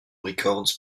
records